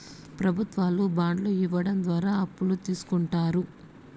ప్రభుత్వాలు బాండ్లు ఇవ్వడం ద్వారా అప్పులు తీస్కుంటారు